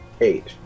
eight